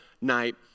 night